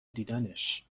دیدنش